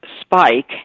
spike